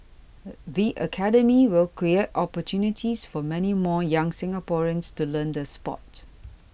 the Academy will create opportunities for many more young Singaporeans to learn the sport